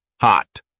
hot